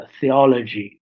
theology